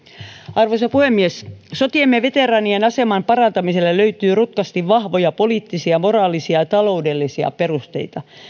arvoisa puhemies sotiemme veteraanien aseman parantamiselle löytyy rutkasti vahvoja poliittisia moraalisia ja taloudellisia perusteita